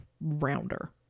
rounder